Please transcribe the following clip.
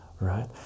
right